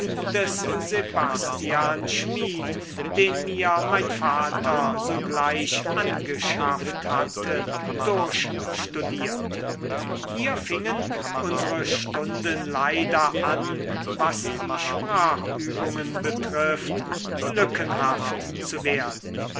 des sebastian schmid den mir mein vater sogleich angeschafft hatte durchstudierte hier fingen unsere stunden leider an was die sprachübungen betrifft lückenhaft zu werden